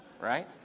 right